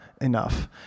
enough